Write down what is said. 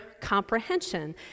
comprehension